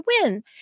win